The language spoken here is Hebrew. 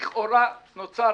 לכאורה נוצר